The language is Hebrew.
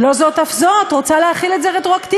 ולא זאת אף זאת, רוצה להחיל את זה רטרואקטיבית.